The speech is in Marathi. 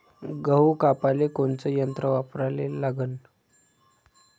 गहू कापाले कोनचं यंत्र वापराले लागन?